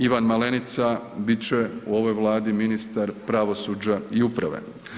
Ivan Malenica bit će u ovoj Vladi ministar pravosuđa i uprave.